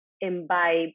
imbibe